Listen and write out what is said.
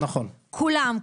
כולם,